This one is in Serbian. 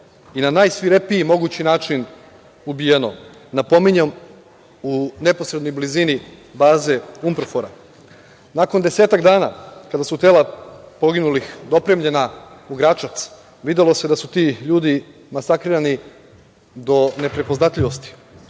i najsvirepiji mogući način ubijeno. Napominjem, u neposrednoj blizini baze Unprofora. Nakon desetak dana, kada su tela poginulih dopremljena u Gračac, videlo se da su ti ljudi masakrirani do neprepoznatljivosti.